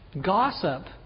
Gossip